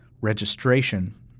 registration